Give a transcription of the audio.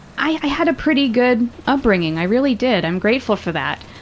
i, i had a pretty good upbringing. i really did. i'm grateful for that.